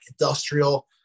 industrial